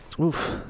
Oof